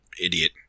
idiot